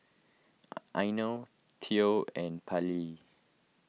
Eino theo and Pallie